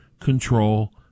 control